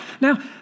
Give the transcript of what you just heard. Now